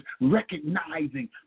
recognizing